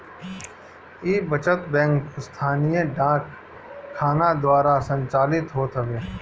इ बचत बैंक स्थानीय डाक खाना द्वारा संचालित होत हवे